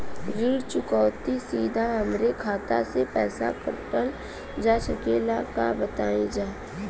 ऋण चुकौती सीधा हमार खाता से पैसा कटल जा सकेला का बताई जा?